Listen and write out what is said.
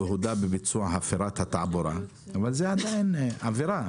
הודה בביצוע הפרת התעבורה אבל זאת עדיין עבירה.